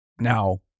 Now